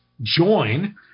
join